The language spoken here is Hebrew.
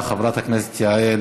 אחריה, חברת הכנסת יעל